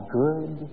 good